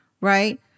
right